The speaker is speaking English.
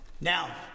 Now